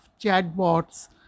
chatbots